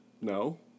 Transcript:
No